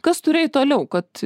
kas turi eit toliau kad